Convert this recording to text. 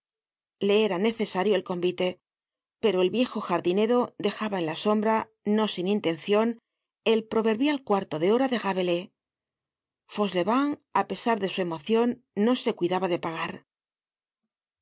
le era necesario el convite pero el viejo jardinero dejaba en la sombra no sin intencion el proverbial cuarto de hora de rabelais fauchelevent á pesar de su emocion no se cuidaba de pagar